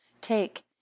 take